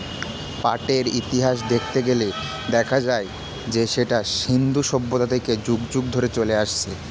পাটের ইতিহাস দেখতে গেলে দেখা যায় যে সেটা সিন্ধু সভ্যতা থেকে যুগ যুগ ধরে চলে আসছে